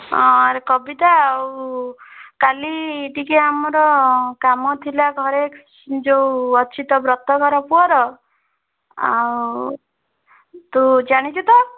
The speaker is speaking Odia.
ହଁ ଆରେ କବିତା ଆଉ କାଲି ଟିକିଏ ଆମର କାମ ଥିଲା ଘରେ ଯେଉଁ ଅଛି ତ ବ୍ରତଘର ପୁଅର ଆଉ ତୁ ଜାଣିଛୁ ତ